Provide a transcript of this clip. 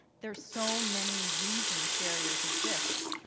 there's so many reasons barriers exist.